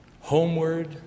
homeward